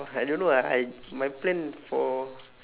I don't know I I my plan for